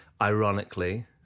ironically